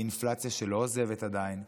באינפלציה שלא עוזבת עדיין.